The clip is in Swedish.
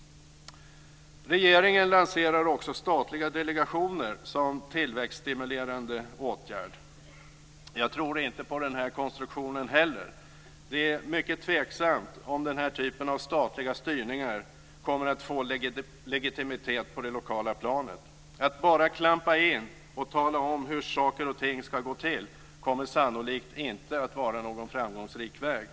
Regeringen lanserar också statliga delegationer som tillväxtstimulerande åtgärd. Jag tror inte på den här konstruktionen heller. Det är mycket tveksamt om den här typen av statliga styrningar kommer att få legitimitet på det lokala planet. Att bara klampa in och tala om hur saker och ting ska gå till kommer sannolikt inte att vara någon framgångsrik väg.